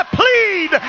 plead